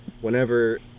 whenever